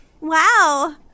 Wow